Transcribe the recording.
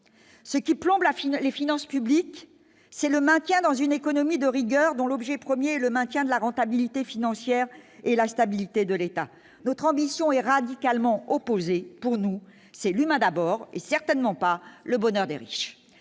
ce qui plombe la fine les finances publiques, c'est le maintien dans une économie de rigueur dont l'objet 1er le maintien de la rentabilité financière et la stabilité de l'État, notre ambition est radicalement opposées : pour nous, c'est l'Huma dabord, et certainement pas le bonheur des riches,